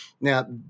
Now